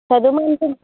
చదవమని